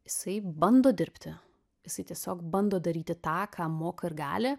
jisai bando dirbti jisai tiesiog bando daryti tą ką moka ir gali